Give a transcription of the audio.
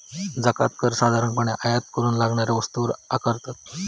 जकांत कर साधारणपणे आयात करूच्या लागणाऱ्या वस्तूंवर आकारतत